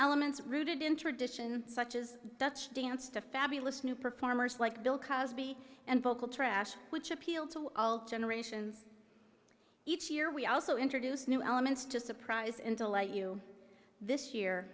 elements rooted in tradition such as dutch dance to fabulous new performers like bill cosby and vocal trash which appealed to all generations each year we also introduce new elements to surprise into light you this year